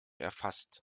erfasst